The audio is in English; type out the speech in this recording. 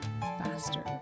faster